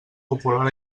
popular